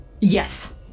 Yes